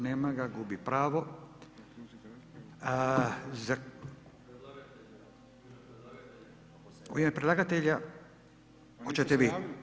Nema ga, gubi pravo. ... [[Upadica: ne čuje se.]] U ime predlagatelja, hoćete vi?